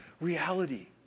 reality